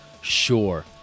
sure